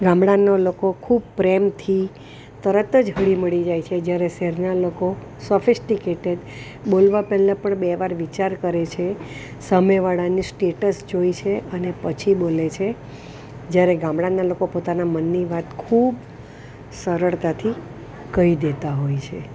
ગામડાનાં લોકો ખૂબ પ્રેમથી તરત જ હળીમળી જાય છે જ્યારે શહેરના લોકો સોફેસ્ટીકેટેડ બોલવા પહેલા પણ બે વાર વિચાર કરે છે સામેવાળાનું સ્ટેટ્સ જુએ છે અને પછી બોલે છે જ્યારે ગામડાના લોકો પોતાના મનની વાત ખૂબ સરળતાથી કહી દેતાં હોય છે